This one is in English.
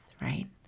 right